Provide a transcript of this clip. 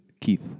Keith